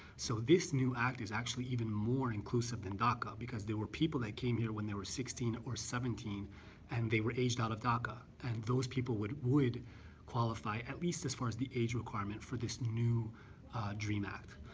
so this new act is actually even more inclusive than daca because there were people that came here when they were sixteen or seventeen and they were aged out of daca and those people would would qualify at least as far as the age requirement for this new dream act.